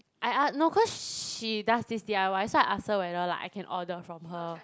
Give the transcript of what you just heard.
I no cause she does this d_i_y so I ask her whether like I can order from her